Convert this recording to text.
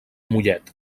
mollet